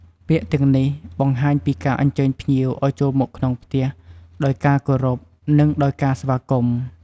ពាក្យទាំងនេះ បង្ហាញពីការអញ្ជើញភ្ញៀវឲ្យចូលមកក្នុងផ្ទះដោយការគោរព និងដោយការស្វាគមន៍។